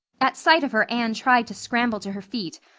at sight of her anne tried to scramble to her feet,